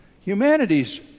humanity's